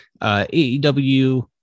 AEW